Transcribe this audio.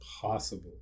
possible